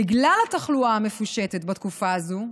בגלל התחלואה המפושטת בתקופה הזו,